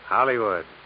Hollywood